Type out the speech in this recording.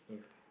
if